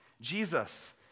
Jesus